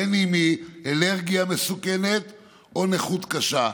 בין שהיא אלרגיה מסוכנת או נכות קשה,